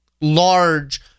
large